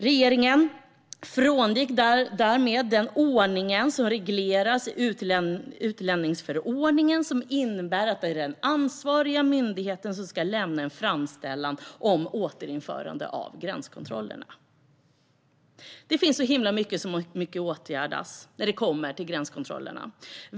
Regeringen frångick därmed den ordning som regleras i utlänningsförordningen som innebär att det är den ansvariga myndigheten som ska lämna en framställan om återinförande av gränskontrollerna. Det finns väldigt mycket som måste åtgärdas när det kommer till gränskontrollerna.